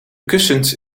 kussens